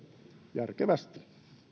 järkevästi